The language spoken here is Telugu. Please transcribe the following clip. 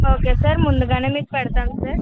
ఓకే సార్ ముందుగా నేను మీకు పెడతాను సార్